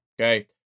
okay